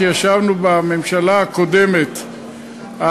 כשישבנו בממשלה הקודמת,